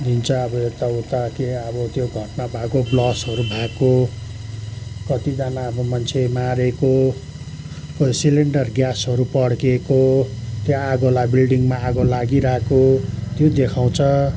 दिन्छ अब यताउता के अब त्यो घटना भएको ब्लास्टहरू भएको कतिजना अब मन्छे मारेको कोही सिलिन्डेर ग्यासहरू पड्केको त्यो आगो लाग्यो विल्डिङमा आगो लागिरहेको त्यो देखाउँछ